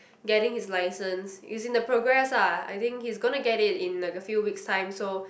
getting his license is in the progress lah I think he is gonna get it in like a few weeks time so